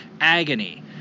agony